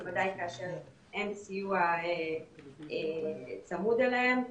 בוודאי כאשר אין סיוע צמוד אליהם,